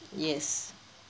yes